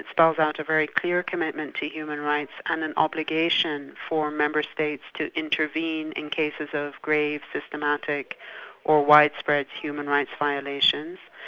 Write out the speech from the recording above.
spells out a very clear commitment to human rights and an obligation for member states to intervene in cases of grave systematic or widespread human rights violations,